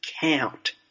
count